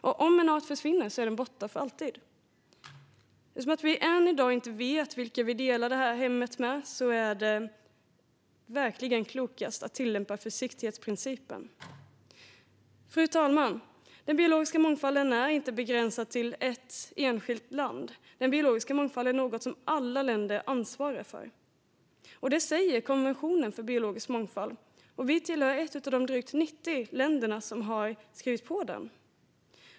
Om en art försvinner är den borta för alltid, och eftersom vi än i dag inte vet vilka vi delar vårt hem med gör vi verkligen klokast i att tillämpa försiktighetsprincipen. Fru talman! Den biologiska mångfalden är inte begränsad till ett enskilt land. Den biologiska mångfalden är något som alla länder ansvarar för. Det säger konventionen för biologisk mångfald, och vi är ett av de drygt 90 länder som skrivit på den.